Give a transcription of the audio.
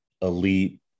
elite